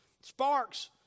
sparks